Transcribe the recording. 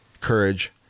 courage